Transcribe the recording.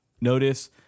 notice